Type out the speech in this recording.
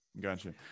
Gotcha